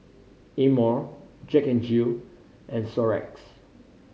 Amore Jack N Jill and Xorex